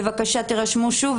בבקשה תרשמו שוב,